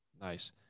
Nice